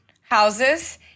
houses